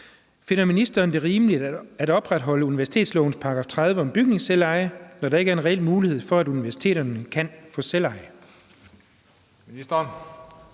Finder ministeren det rimeligt at opretholde universitetslovens § 30 om bygningsselveje, når der ikke er en reel mulighed for, at universiteterne kan få selveje?